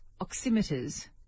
oximeters